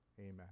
Amen